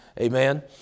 Amen